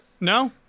No